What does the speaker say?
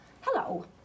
Hello